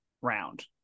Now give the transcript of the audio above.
round